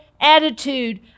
attitude